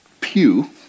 pew